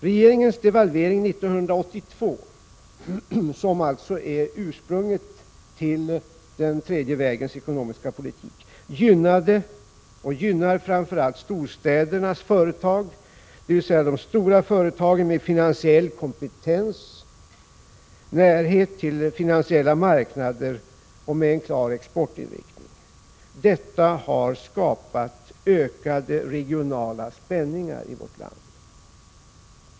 Regeringens devalvering 1982, som alltså är ursprunget till den tredje vägens ekonomiska politik, gynnade och gynnar framför allt storstädernas företag, dvs. stora företag med finansiell kompetens, närhet till finansiella marknader och med en klar exportinriktning. Detta har skapat ökade regionala spänningar i vårt land.